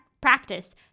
practice